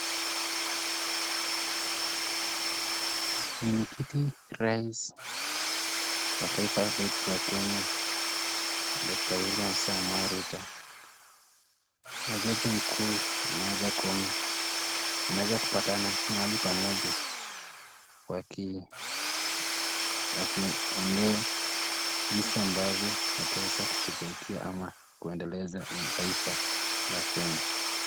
Mheshimiwa rais wa taifa letu la Kenya Daktari William Samuel Ruto na jaji mkuu Martha Koome wameweza kupatana mahali pamoja wakiongea jinsi ambavyo wataweza kushughulikia ama kuendeleza taifa la Kenya.